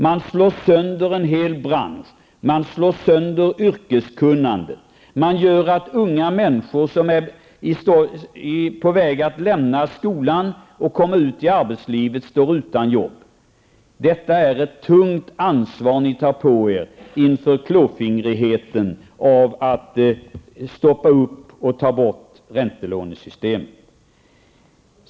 Man slår sönder en hel bransch, man slår sönder yrkeskunnande, man gör att unga människor som är på väg att lämna skolan och komma ut i arbetslivet står utan jobb. Det är ett tungt ansvar som ni tar på er genom klåfingrigheten att ta bort räntelånesystemet.